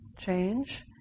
change